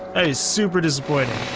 is super disappointing.